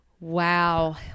Wow